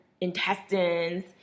intestines